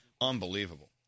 unbelievable